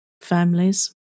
families